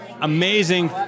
Amazing